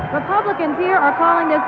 republicans here are calling